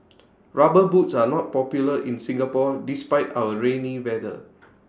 rubber boots are not popular in Singapore despite our rainy weather